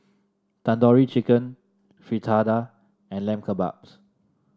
Tandoori Chicken Fritada and Lamb Kebabs